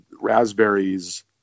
raspberries